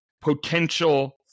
potential